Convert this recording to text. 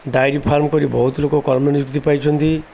diary farm କରି ବହୁତ ଲୋକ କର୍ମ ନିଯୁକ୍ତି ପାଇଛନ୍ତି